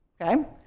okay